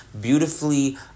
beautifully